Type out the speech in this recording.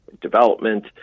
development